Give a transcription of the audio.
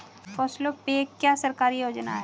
फसलों पे क्या सरकारी योजना है?